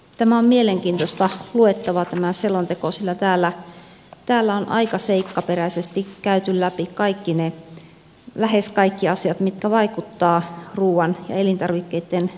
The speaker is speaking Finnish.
tämä selonteko on mielenkiintoista luettavaa sillä täällä on aika seikkaperäisesti käyty läpi lähes kaikki asiat mitkä vaikuttavat ruuan ja elintarvikkeitten turvallisuuteen